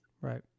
Right